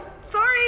sorry